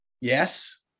Yes